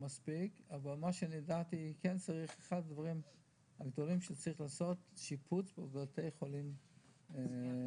אחד הדברים שצריך לעשות הוא שיפוץ בתי חולים פסיכיאטריים.